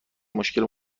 مشکل